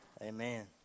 Amen